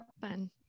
fun